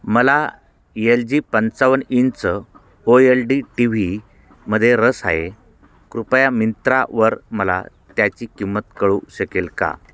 मला L G पंचावन inch O L D T व्हीमध्ये रस आहे कृपया मिंत्रावर मला त्याची किंमत कळू शकेल का